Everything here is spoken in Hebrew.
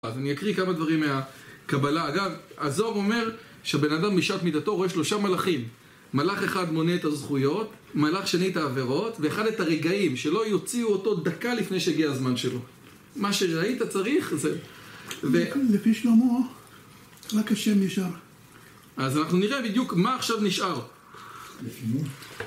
אז אני אקריא כמה דברים מהקבלה. אגב, עזוב אומר שבן אדם משעת מידתו רואה שלושה מלאכים. מלאך אחד מונה את הזכויות, מלאך שני את העבירות, ואחד את הרגעים שלא יוציאו אותו דקה לפני שהגיע הזמן שלו. מה שראית צריך זה... ולפי שלמה, רק השם נשאר. אז אנחנו נראה בדיוק מה עכשיו נשאר.